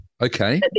Okay